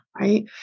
Right